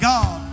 God